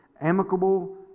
amicable